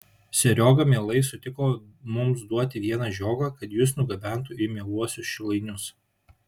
serioga mielai sutiko mums duoti vieną žiogą kad jus nugabentų į mieluosius šilainius